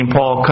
Paul